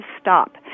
stop